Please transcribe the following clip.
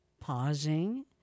pausing